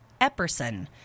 Epperson